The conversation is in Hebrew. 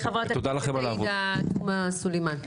חברת הכנסת עאידה תומא סלימאן,